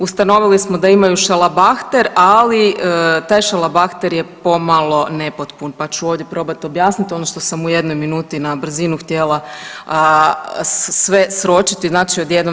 Ustanovili smo da imaju šalabahter, ali taj šalabahter je pomalo nepotpun, pa ću ovdje probat objasnit ono što sam u jednoj minuti na brzinu htjela sve sročiti znači odjednom.